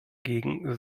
gegen